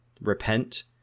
repent